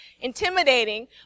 intimidating